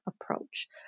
approach